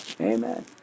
Amen